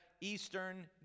eastern